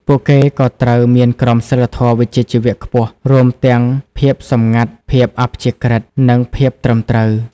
ពួកគេក៏ត្រូវមានក្រមសីលធម៌វិជ្ជាជីវៈខ្ពស់ រួមទាំងភាពសម្ងាត់ ភាពអព្យាក្រឹត និងភាពត្រឹមត្រូវ។